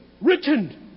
written